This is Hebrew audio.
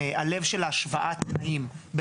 של השוואת תנאים,